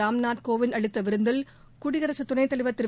ராம்நாத் கோவிந்த் அளித்தவிருந்தில் குடியரசுதுணைத்தலைவர் திரு